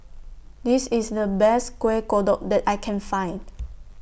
This IS The Best Kueh Kodok that I Can Find